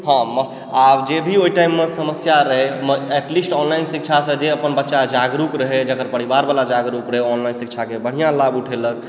हंँ आ जे भी ओहि टाइममऽ समस्या रहय एटलिस्ट ऑनलाइन शिक्षासे जे अपन बच्चा जागरुक रहय जेकर परिवारवला जागरुक रहय ओ अपन ऑनलाइन शिक्षाके बढ़िआँ लाभ उठेलक